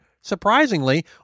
Surprisingly